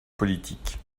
politique